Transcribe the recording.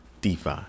DeFi